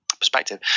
perspective